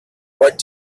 what